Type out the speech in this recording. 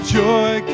joy